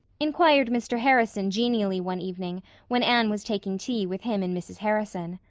inquired mr. harrison genially one evening when anne was taking tea with him and mrs. harrison.